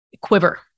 quiver